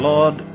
Lord